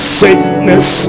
sickness